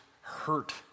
hurt